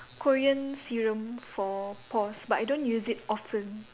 Korean serum for pores but I don't use it often